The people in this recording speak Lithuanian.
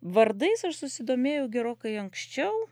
vardais aš susidomėjau gerokai anksčiau